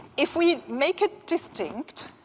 if we make it distinct,